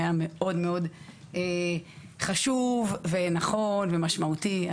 שהיה מאוד חשוב ונכון ומשמעותי,